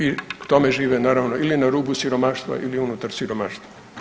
I tome žive, naravno ili na rubu siromaštva ili unutar siromaštva.